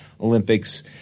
Olympics